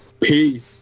Peace